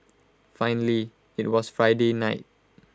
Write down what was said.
finally IT was Friday night